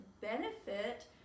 benefit